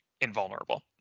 invulnerable